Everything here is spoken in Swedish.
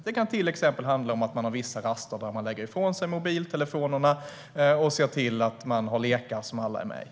Det kan till exempel handla om att man på vissa raster lägger ifrån sig mobiltelefonerna och leker lekar som alla är med i.